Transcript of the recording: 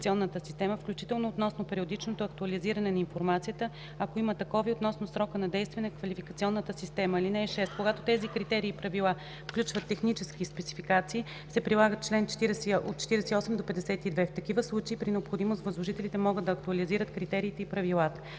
квалификационната система, включително относно периодичното актуализиране на информацията, ако има такова, и относно срока на действие на квалификационната система. (6) Когато тези критерии и правила включват технически спецификации, се прилагат чл. 48-52. В такива случаи при необходимост възложителите могат да актуализират критериите и правилата.